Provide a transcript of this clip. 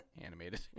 Animated